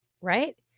right